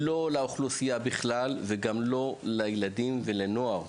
לא לאוכלוסייה בכלל, וגם לא לילדים לנוער.